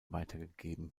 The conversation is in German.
weitergegeben